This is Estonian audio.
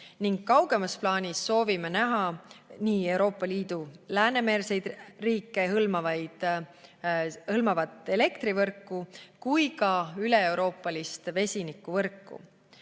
ning kaugemas plaanis soovime näha nii Euroopa Liidu Läänemere-äärseid riike hõlmavat elektrivõrku kui ka üleeuroopalist vesinikuvõrku.